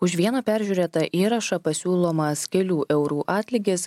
už vieną peržiūrėtą įrašą pasiūlomas kelių eurų atlygis